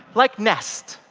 like nest.